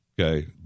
okay